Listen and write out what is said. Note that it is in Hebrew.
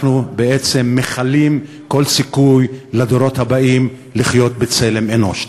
אנחנו בעצם מכלים כל סיכוי לדורות הבאים לחיות בצלם אנוש.